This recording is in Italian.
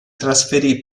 trasferì